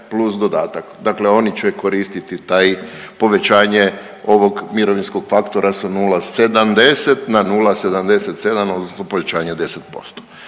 plus dodatak. Dakle, oni će koristiti taj, povećanje ovog mirovinskog faktora sa 0,70 na 0,77 odnosno povećanje od 10%.